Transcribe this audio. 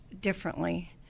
differently